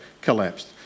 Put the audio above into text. collapsed